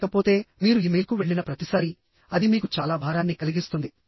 లేకపోతేమీరు ఇమెయిల్కు వెళ్లిన ప్రతిసారీ అది మీకు చాలా భారాన్ని కలిగిస్తుంది